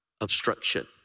obstruction